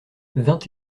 vingt